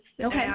Okay